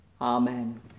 Amen